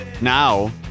now